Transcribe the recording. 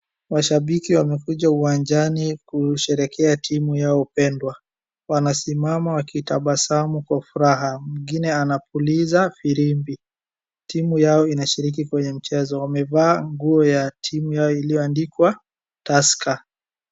Washabiki wamekuja uwanjani kusherehekea timu yao pendwa. Wanasimama wakitabasamu kwa furaha. Mwingine anapuliza firimbi. Timu yao inashiriki kwenye mchezo. Wamevaa nguo ya timu yao iliyoandikwa Tusker.